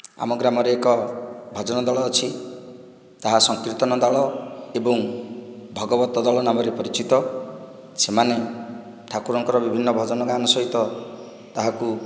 ଆମ ଗ୍ରାମରେ ଏକ ଭଜନ ଦଳ ଅଛି ତାହା ସଂକୀର୍ତ୍ତନ ଦଳ ଏବଂ ଭଗବତ ଦଳ ନାମରେ ପରିଚିତ ସେମାନେ ଠାକୁରଙ୍କର ବିଭିନ୍ନ ଭଜନ ଗାନ ସହିତ ତାହାକୁ